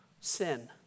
sin